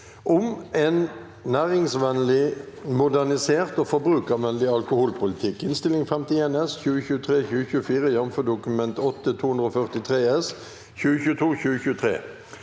om en næringsvennlig, modernisert og forbrukervennlig alkoholpolitikk (Innst. 51 S (2023–2024), jf. Dokument 8:243 S (2022–2023))